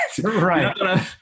Right